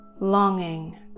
longing